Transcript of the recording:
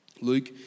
Luke